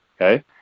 okay